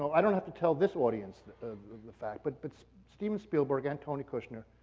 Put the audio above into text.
i don't have to tell this audience the fact, but but so steven spielberg and tony kushner